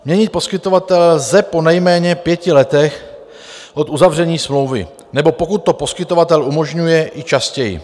Měnit poskytovatele lze po nejméně pěti letech od uzavření smlouvy nebo pokud to poskytovatel umožňuje, i častěji.